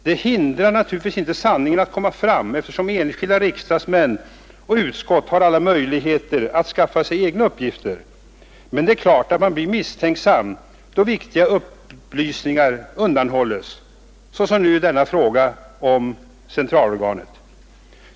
Det hindrar naturligtvis inte sanningen från att komma fram, eftersom enskilda riksdagsmän och utskott har alla möjligheter att skaffa sig egna uppgifter. Men det är klart att man blir misstänksam, då viktiga upplysningar undanhålls, såsom nu beträffande frågan om centralorganet.